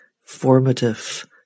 formative